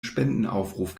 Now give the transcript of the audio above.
spendenaufruf